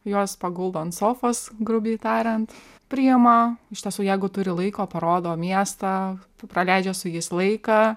juos paguldo ant sofos grubiai tariant priima iš tiesų jeigu turi laiko parodo miestą praleidžia su jais laiką